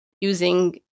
using